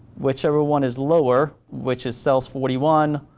whichever one is lower, which is cells forty one,